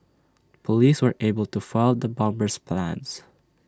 Police were able to foil the bomber's plans